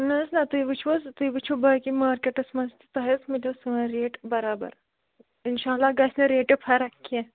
نہ حظ نہ تُہۍ وُچھو حظُ تُہۍ وُچھو باقے مارکٮ۪ٹَس منٛز تۄہہِ حظ مِلو سٲنۍ ریٹ بَرار اِنشااللہ گژھِ نہٕ ریٹہِ فرق کیٚنٛہہ